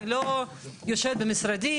אני לא יושבת במשרדים,